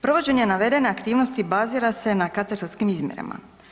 Provođenje navedene aktivnosti bazira se na katastarskim izmjerama.